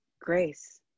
grace